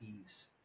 ease